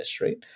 right